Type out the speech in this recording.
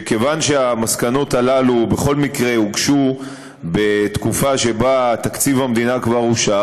כיוון שהמסקנות הללו בכל מקרה יוגשו בתקופה שבה תקציב המדינה כבר אושר,